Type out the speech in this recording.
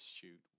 shoot